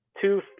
two